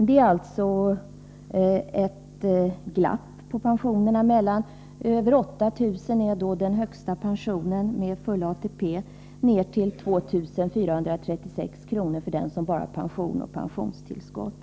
Det är alltså ett glapp i pensionerna mellan den högsta med full ATP på över 8 000 kr. och ner till 2 436 kr. för den som bara har pension och pensionstillskott.